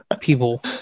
people